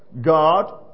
God